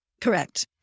Correct